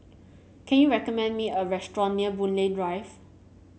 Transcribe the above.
can you recommend me a restaurant near Boon Lay Drive